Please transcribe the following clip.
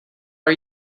are